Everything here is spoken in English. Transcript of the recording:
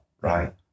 right